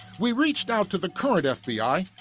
we reached out to the current f b i,